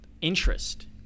interest